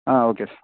ah okay sir